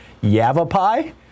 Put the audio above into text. Yavapai